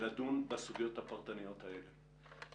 ולדון בסוגיות הפרטניות הללו.